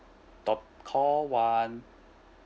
to~ call one